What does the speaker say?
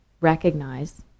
recognize